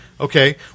Okay